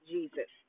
Jesus